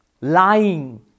lying